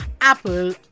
Apple